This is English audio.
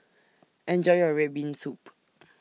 Enjoy your Red Bean Soup